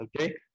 Okay